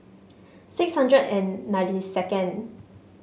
six hundred and ninety second